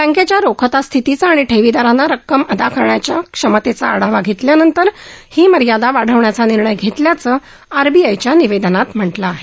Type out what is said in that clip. बँकेच्या रोखता स्थितीचा आणि ठेवीदारांना रक्कम अदा करण्याच्या क्षमतेचा आढावा घेतल्यानंतर ही मर्यादा वाढवण्याचा निर्णय घेतल्याचं आरबीआयच्या निवेदनात म्हटलं आहे